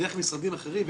ודרך משרדים אחרים.